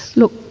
look,